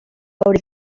hori